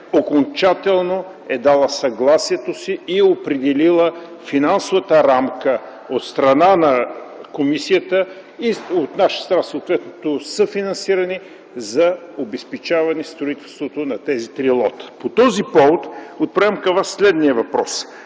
окончателно е дала съгласието си и е определена финансовата рамка от страна на комисията и съответното съфинансиране от наша страна за обезпечаване строителството на тези три лота. По този повод отправям към Вас следните въпроси: